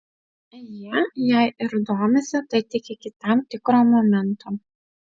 jie jei ir domisi tai tik iki tam tikro momento